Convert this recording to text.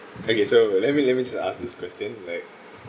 okay so let me let me just ask this question like